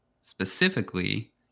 specifically